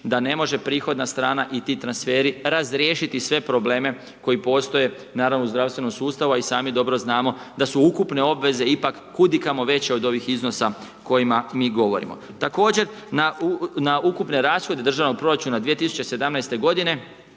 da ne može prihodna strana i ti transferi razriješiti sve probleme koji postoje, naravno, u zdravstvenom sustavu, a i sami dobro znamo da su ukupne obveze ipak kud i kamo veće od ovih iznosa o kojima mi govorimo. Također na ukupne rashode državnog proračuna 2017. godine,